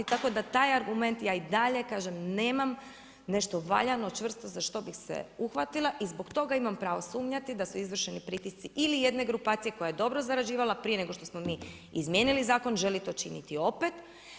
Tako da taj argument ja i dalje kažem nemam nešto valjano, čvrsto za što bih se uhvatila i zbog toga imam pravo sumnjati da su izvršeni pritisci ili jedne grupacije koja je dobro zarađivala prije nego što smo mi izmijenili zakon želi to činiti opet.